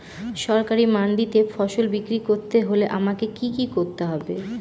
সরকারি মান্ডিতে ফসল বিক্রি করতে হলে আমাকে কি কি করতে হবে?